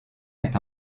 est